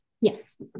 yes